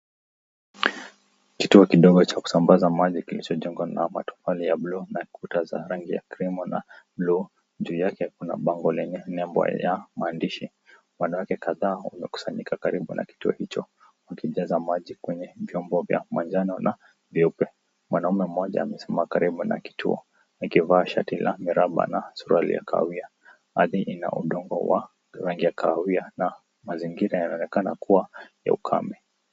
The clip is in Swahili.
Kituo kidogo cha kusambaza maji kilichojengwa na matofali ya buluu na kuta za rangi ya krimu na buluu. Juu yake kuna bango lenye nembo ya maandishi. Wanawake kadhaa wamekusanyika karibu na kituo hicho wakijaza maji kwenye vyombo vya manjano na vyeupe. Mwanaume mmoja amesimama karibu na kituo, akivaa shati la miraba na suruali ya kahawia. Ardhi ina udongo wa rangi ya kahawia na mazingira yanaonekana kuwa ya ukame.